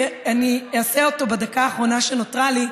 אני אעשה את זה בדקה האחרונה שנותרה לי,